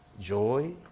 joy